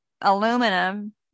aluminum